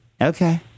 Okay